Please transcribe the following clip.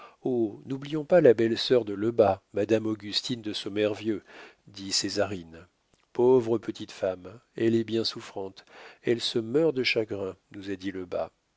n'oublions pas la belle-sœur de lebas madame augustine de sommervieux dit césarine pauvre petite femme elle est bien souffrante elle se meurt de chagrin nous a dit lebas